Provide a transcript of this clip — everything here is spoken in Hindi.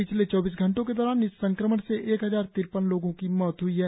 पिछले चौबीस घंटों के दौरान इस संक्रमण से एक हजार तिरपन लोगों की मौत हुई है